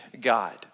God